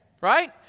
right